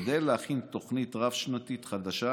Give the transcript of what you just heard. כדי להכין תוכנית רב-שנתית חדשה